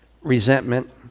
resentment